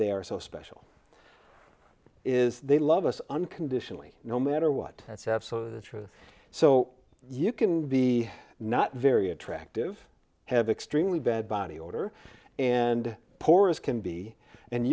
they are so special it is they love us unconditionally no matter what that's absolutely the truth so you can be not very attractive have extremely bad body order and poor as can be and